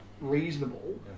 reasonable